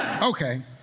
Okay